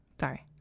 sorry